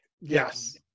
yes